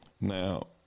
Now